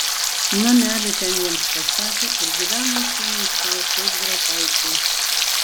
namelį ten jiems pastatė ir gyveno šunys sau kaip grafaičiai